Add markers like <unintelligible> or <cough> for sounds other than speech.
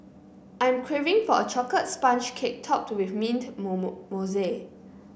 I am craving for a chocolate sponge cake topped with mint <unintelligible> mousse